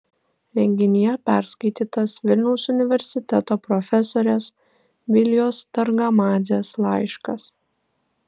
renginyje perskaitytas vilniaus universiteto profesorės vilijos targamadzės laiškas